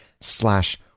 slash